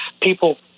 people